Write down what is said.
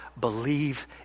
believe